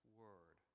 word